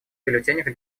бюллетенях